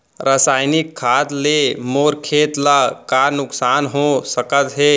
रसायनिक खाद ले मोर खेत ला का नुकसान हो सकत हे?